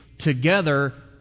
together